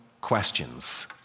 questions